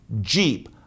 Jeep